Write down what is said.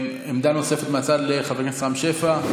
עמדה נוספת מהצד לחבר הכנסת רם שפע.